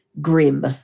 grim